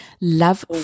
love